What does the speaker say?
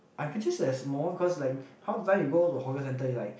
I'm pretty sure there's more because like half the time you go to hawker centre you like